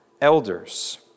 elders